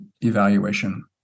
evaluation